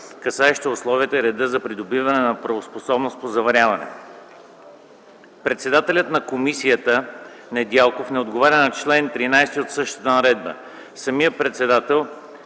касаеща условията и реда за придобиване на правоспособност по заваряване. Председателят на комисията Недялков не отговаря на чл. 13 от същата наредба. Самият председател